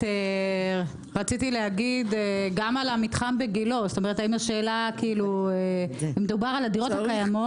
רציתי להגיד גם על המתחם בגילה מדובר על הדירות הקיימות